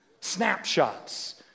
Snapshots